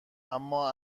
اما